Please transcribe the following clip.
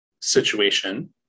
situation